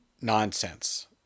nonsense